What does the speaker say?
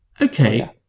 Okay